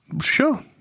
Sure